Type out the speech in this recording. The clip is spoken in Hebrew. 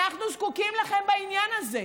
אנחנו זקוקים לכם בעניין הזה.